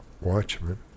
Watchmen